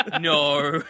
no